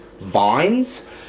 vines